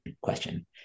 question